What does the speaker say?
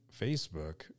Facebook